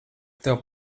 tev